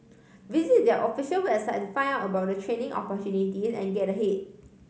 visit their official website to find out about the training opportunities and get ahead